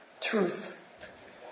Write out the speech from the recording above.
truth